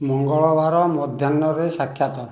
ମଙ୍ଗଳବାର ମଧ୍ୟାହ୍ନରେ ସାକ୍ଷାତ